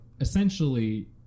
Essentially